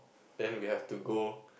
then we have to go